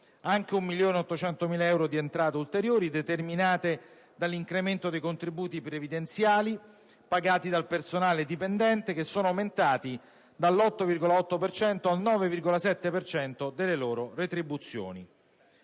anche 1.800.000 euro di entrate ulteriori determinate dall'incremento dei contributi previdenziali, pagati dal personale dipendente, che sono aumentati dall'8,8 per cento al 9,7 per cento delle loro retribuzioni.